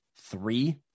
Three